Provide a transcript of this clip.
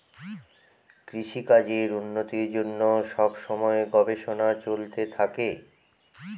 কৃষিকাজের উন্নতির জন্য সব সময় গবেষণা চলতে থাকে